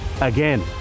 again